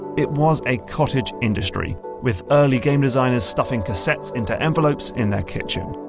it was a cottage industry with early game designers stuffing cassettes into envelopes in their kitchen.